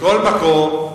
מכל מקום,